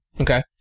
Okay